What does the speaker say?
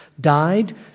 died